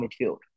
midfield